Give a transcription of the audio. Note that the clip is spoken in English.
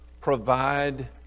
provide